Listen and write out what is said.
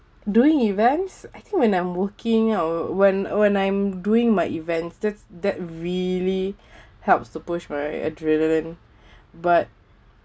doing events I think when I'm working out when when I'm doing my events that's that really helps to push my adrenaline but